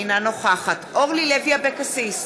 אינה נוכחת אורלי לוי אבקסיס,